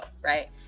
Right